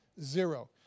Zero